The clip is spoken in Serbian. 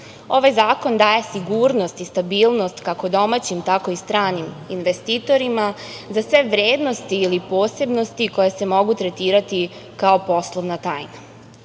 Ovaj zakon daje sigurnost i stabilnost, kako domaćim, tako i stranim investitorima za sve vrednosti ili posebnosti koje se mogu tretirati kao poslovna tajna. Zakon